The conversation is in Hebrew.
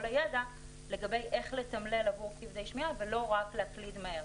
הידע לגבי איך לתמלל עבור כבדי שמיעה ולא רק להקליד מהר.